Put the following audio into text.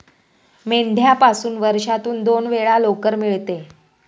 मेंढ्यापासून वर्षातून दोन वेळा लोकर मिळते